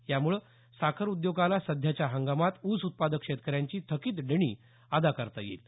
यामुळे साखर उद्योगाला सध्याच्या हंगामात ऊस उत्पादक शेतकऱ्यांची थकित देणी अदा करता येईल